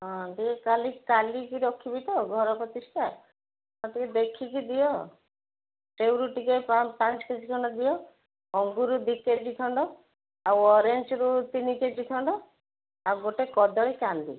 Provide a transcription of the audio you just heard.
ହଁ କାଲି କାଲିକି ରଖିବି ତ ଘର ପ୍ରତିଷ୍ଠା ଟିକେ ଦେଖିକି ଦିଅ ସେଉରୁ ଟିକେ ପାଞ୍ଚ କେଜି ଖଣ୍ଡେ ଦିଅ ଅଙ୍ଗୁର ଦୁଇ କେଜି ଖଣ୍ଡେ ଆଉ ଅରେଞ୍ଜରୁ ତିନି କେଜି ଖଣ୍ଡେ ଆଉ ଗୋଟେ କଦଳୀ କାନ୍ଧି